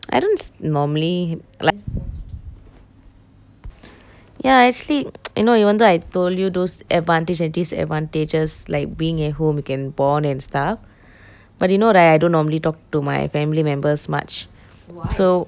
I don't normally like I said ya actually you know even though I told you those advantage and disadvantages like being at home you can bond and stuff but you know right I don't normally talk to my family members much so